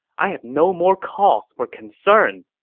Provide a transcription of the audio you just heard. i have no more cause for concern!